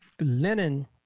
linen